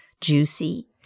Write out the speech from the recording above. juicy